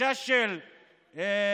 גישה של חיי